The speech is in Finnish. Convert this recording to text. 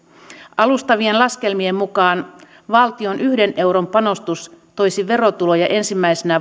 alustavien laskelmien mukaan valtion yhden euron panostus toisi verotuloja ensimmäisenä